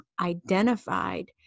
identified